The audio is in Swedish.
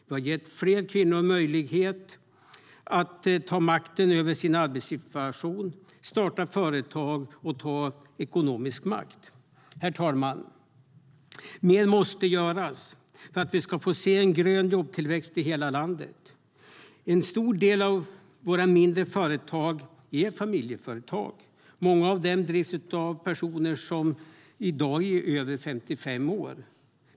Vi har gett fler kvinnor möjlighet att ta makten över sin arbetssituation, starta företag och ta ekonomisk makt. Herr talman! Mer måste dock göras för att vi ska få se en grön jobbtillväxt i hela landet. En stor del av våra mindre företag är familjeföretag. Många av dem drivs av personer som i dag är över 55 år.